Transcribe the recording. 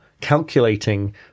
calculating